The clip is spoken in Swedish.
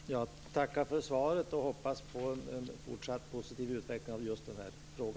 Fru talman! Jag tackar för svaret och hoppas på en fortsatt positiv utveckling av just denna fråga.